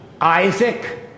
Isaac